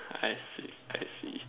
I see I see